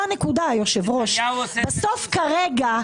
נתניהו עושה זה לא בסדר.